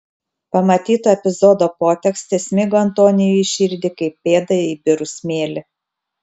pamatyto epizodo potekstė smigo antoniui į širdį kaip pėda į birų smėlį